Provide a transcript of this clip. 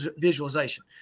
visualization